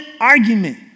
argument